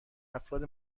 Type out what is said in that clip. افراد